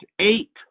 Eight